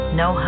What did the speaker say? no